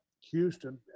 Houston